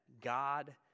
God